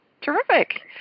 Terrific